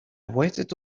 waited